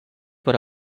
per